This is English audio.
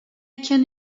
can